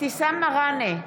אבתיסאם מראענה,